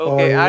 Okay